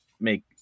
make